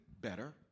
better